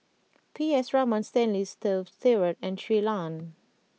P S Raman Stanley Toft Stewart and Shui Lan